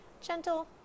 Gentle